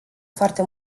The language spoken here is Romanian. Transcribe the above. foarte